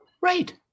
Right